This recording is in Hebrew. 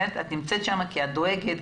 את נמצאת שם כי את דואגת,